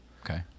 Okay